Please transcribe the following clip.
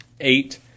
Eight